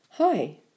Hi